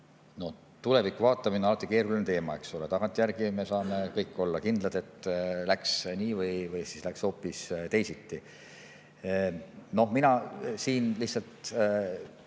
Tulevikku vaatamine on alati keeruline teema, eks ole. Tagantjärele saame me kõik olla kindlad, et läks nii või siis läks hoopis teisiti. Mina siin lihtsalt